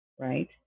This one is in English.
right